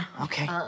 Okay